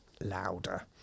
louder